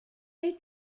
they